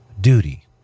duty